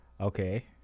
Okay